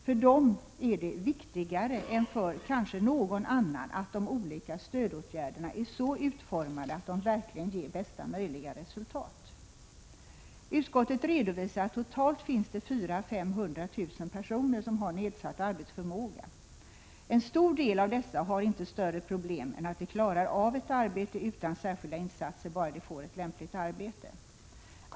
För dem är det viktigare än för kanske någon annan att de olika stödåtgärderna är så utformade att de verkligen ger bästa möjliga resultat. Utskottet redovisar att det finns totalt 400 000 å 500 000 personer som har nedsatt arbetsförmåga. En stor del av dessa har inte större problem än att de klarar av ett arbete utan särskilda insatser, bara de får ett lämpligt arbete.